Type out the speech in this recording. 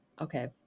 okay